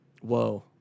Whoa